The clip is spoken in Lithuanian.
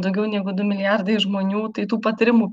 daugiau negu du milijardai žmonių tai tų patarimų